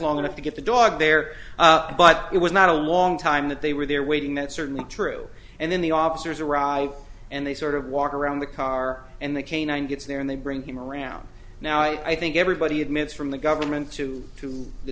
long enough to get the dog there but it was not a long time that they were there waiting that's certainly true and then the officers arrive and they sort of walk around the car and the canine gets there and they bring him around now i think everybody admits from the government to to the